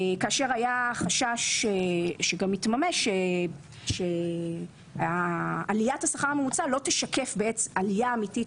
כאשר היה חשש שגם יתממש שעליית השכר הממוצע לא תשקף עלייה אמיתית